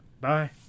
bye